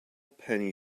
penny